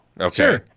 Okay